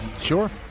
Sure